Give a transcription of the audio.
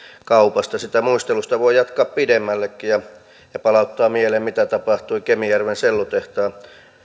kaupasta sitä muistelusta voi jatkaa pidemmällekin ja palauttaa mieleen mitä tapahtui kemijärven sellutehtaan